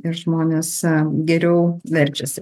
ir žmonės geriau verčiasi